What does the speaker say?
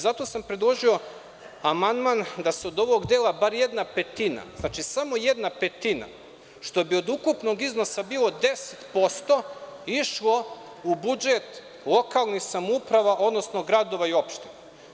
Zato sam predložio amandman da se od ovog dela bar jedna petina, znači samo jedna petina, što bi od ukupnog iznosa bilo 10%, ide u budžet lokalnih samouprava, odnosno gradova i opština.